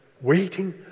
waiting